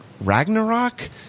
Ragnarok